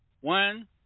One